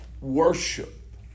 worship